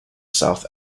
south